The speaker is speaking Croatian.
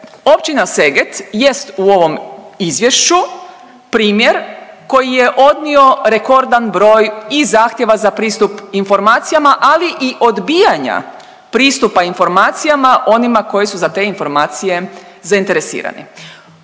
općina Seget jest u ovom izvješću primjer koji je odnio rekordan broj i zahtjeva za pristup informacijama ali i odbijanja pristupa informacijama onima koji su za te informacije zainteresirani.